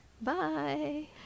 Bye